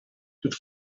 could